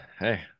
Hey